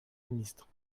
ministres